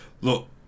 Look